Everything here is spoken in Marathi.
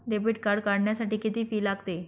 डेबिट कार्ड काढण्यासाठी किती फी लागते?